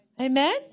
Amen